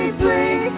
free